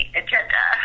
agenda